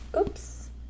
oops